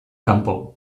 kanpo